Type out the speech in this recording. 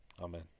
Amen